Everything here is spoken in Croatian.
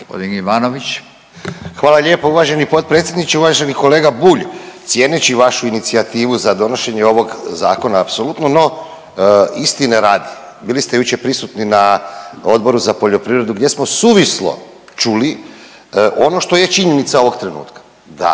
Hvala lijepo uvaženi potpredsjedniče. Uvaženi kolega Bulj, cijeneći vašu inicijativu za donošenje ovog zakona apsolutno istine radi, bili ste jučer prisutni na Odboru za poljoprivredu gdje smo suvislo čuli ono što je činjenica ovog trenutka da